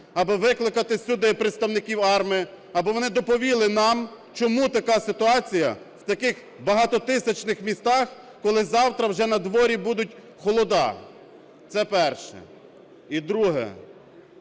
аби викликати сюди представників АРМА, аби вони доповіли нам, чому така ситуація в таких багатотисячних містах, коли завтра на дворі вже будуть холоди. Це перше. І друге.